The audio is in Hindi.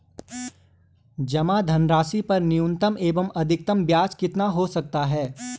जमा धनराशि पर न्यूनतम एवं अधिकतम ब्याज कितना हो सकता है?